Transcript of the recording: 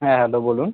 হ্যাঁ হ্যালো বলুন